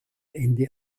ende